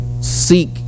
seek